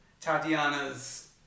Tatiana's